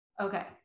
okay